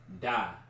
Die